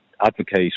advocate